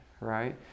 right